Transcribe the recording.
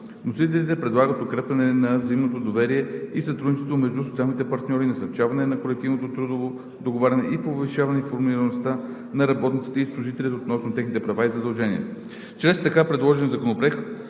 Вносителите предлагат укрепване на взаимното доверие и сътрудничество между социалните партньори, насърчаване на колективното трудово договаряне и повишаване информираността на работниците и служителите относно техните права и задължения.